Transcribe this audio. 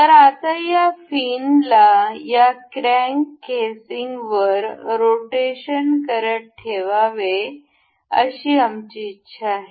तर आता या फिनला या क्रँक केसिंगवर रोटेशन करत ठेवावे अशी आमची इच्छा आहे